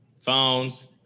Phones